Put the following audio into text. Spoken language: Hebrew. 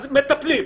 אז מטפלים,